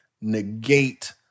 negate